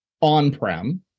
on-prem